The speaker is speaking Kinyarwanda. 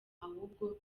ahubwo